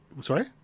Sorry